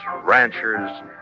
ranchers